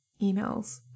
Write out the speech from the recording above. emails